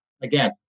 again